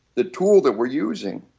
the tool that we are using,